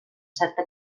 certa